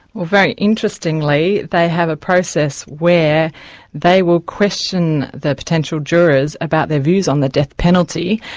well very interestingly, they have a process where they will question the potential jurors about their views on the death penalty,